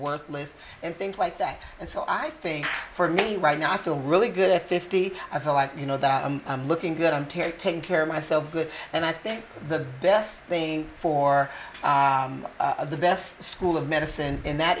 worthless and things like that and so i think for me right now i feel really good at fifty i feel like you know that i'm looking good i'm terry taking care of myself good and i think the best thing for the best school of medicine in that